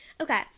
Okay